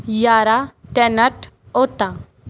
ਯਾਰਾ ਟੈਨਟ ਓਤਾ